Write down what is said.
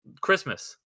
Christmas